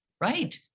Right